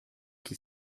qui